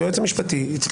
היועץ המשפטי ימשיך.